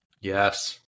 Yes